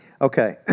Okay